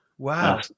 Wow